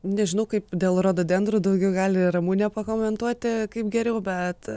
nežinau kaip dėl rododendro daugiau gali ramunė pakomentuoti kaip geriau bet